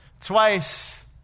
Twice